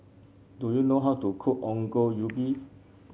do you know how to cook Ongol Ubi